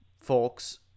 folks